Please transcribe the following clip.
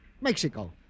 Mexico